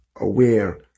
aware